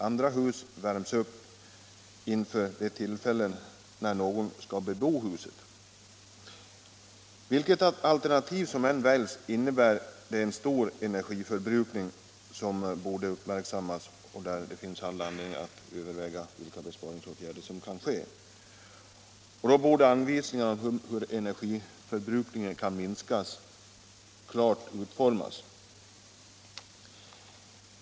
Andra hus värms upp inför de tillfällen när någon skall bo där. Vilket alternativ som än väljs innebär det en stor energiförbrukning som borde uppmärksammas, och det finns all anledning att överväga vilka besparingsåtgärder som kan vidtas. Anvisningar om hur energiförbrukningen kan minskas bör nu klart utformas.